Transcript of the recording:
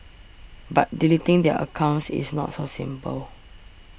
but deleting their accounts is not so simple